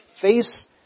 face